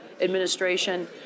administration